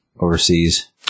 overseas